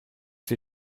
ces